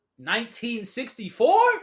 1964